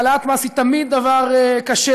העלאת מס היא תמיד דבר קשה,